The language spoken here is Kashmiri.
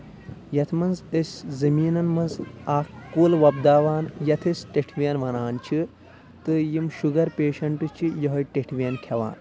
یَتھ منٛز أسۍ زٔمیٖنَن منٛز اکھ کُل وۄپداوان یَتھ أسۍ ٹیٚٹھوٮ۪ن وَنان چھِ تہٕ یِم شُگر پیشَنٹ چھِ یِہوے ٹیٚٹھوٮ۪ن کھیٚوان